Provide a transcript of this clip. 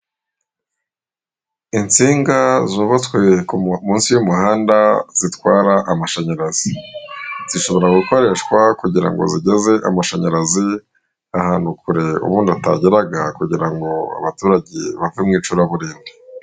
Insinga zubatswe munsi y'umuhanda zitwara amashanyarazi. Zishobora gukoreshwa kugira ngo zigeze amashanyarazi ahantu kure ubundi atageraga kugira ngo abaturage bave mu icuraburindi.